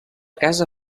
casa